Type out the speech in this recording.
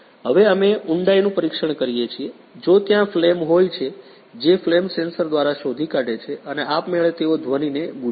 હવે અમે ઉંડાઈનું પરીક્ષણ કરીએ છીએ જો ત્યાં ફ્લેમ હોય જે ફ્લેમ સેન્સર દ્વારા શોધી કાઢે છે અને આપમેળે તેઓ ધ્વનિને બૂઝે છે